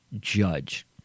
judge